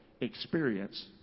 experience